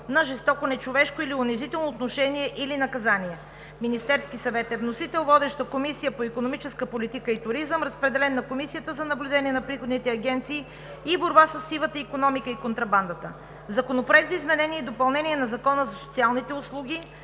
на жестоко, нечовешко или унизително отношение или наказание. Вносител – Министерският съвет. Водеща е Комисията по икономическа политика и туризъм. Разпределен е на Комисията за наблюдение на приходните агенции и борба със сивата икономика и контрабандата. Законопроект за изменение и допълнение на Закона за социалните услуги.